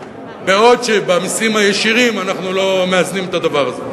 בעוד שבמסים הישירים אנחנו לא מאזנים את הדבר הזה.